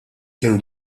kienu